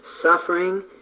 Suffering